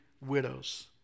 widows